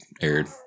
aired